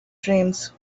dreams